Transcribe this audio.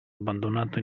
abbandonato